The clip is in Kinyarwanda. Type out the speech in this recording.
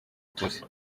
turi